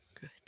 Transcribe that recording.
good